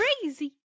crazy